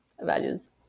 values